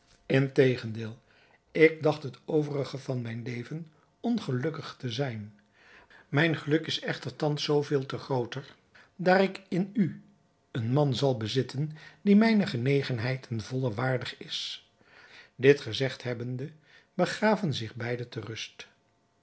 integendeel ik dacht het overige van mijn leven ongelukkig te zijn mijn geluk is echter thans zoo veel te grooter daar ik in u een man zal bezitten die mijne genegenheid ten volle waardig is dit gezegd hebbende begaven zich beide ter rust